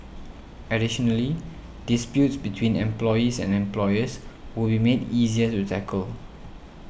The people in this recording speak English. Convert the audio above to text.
additionally disputes between employees and employers will be made easier to tackle